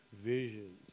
visions